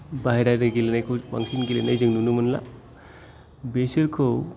बाहेरानि गेलेनायखौ बांसिन गेलेनाय जों नुनो मोनला बेसोरखौ